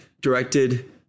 directed